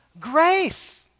grace